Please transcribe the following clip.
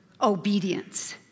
Obedience